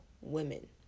women